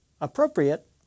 appropriate